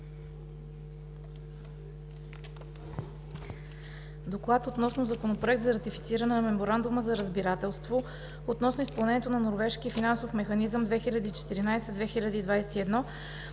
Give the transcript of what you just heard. гласуване Законопроект за ратифициране на Меморандума за разбирателство относно изпълнението на Норвежкия финансов механизъм 2014 – 2021